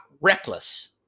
reckless